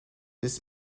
this